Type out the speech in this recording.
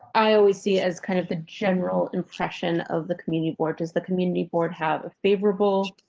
i always see as kind of the general impression of the community board does the community board have a favorable.